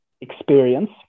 Experience